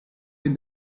with